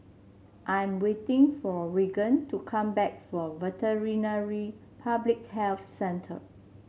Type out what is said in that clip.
I'm waiting for Regan to come back from Veterinary Public Health Centre